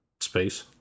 space